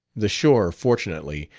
the shore, fortunately,